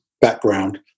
background